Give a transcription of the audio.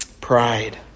Pride